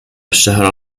الشهر